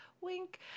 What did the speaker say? Wink